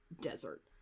desert